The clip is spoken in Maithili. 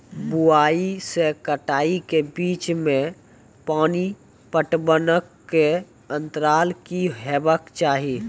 बुआई से कटाई के बीच मे पानि पटबनक अन्तराल की हेबाक चाही?